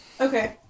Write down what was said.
Okay